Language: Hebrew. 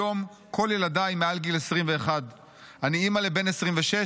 היום כל ילדיי מעל גיל 21. אני אימא לבן 26,